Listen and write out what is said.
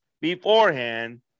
beforehand